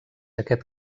aquest